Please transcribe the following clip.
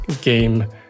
game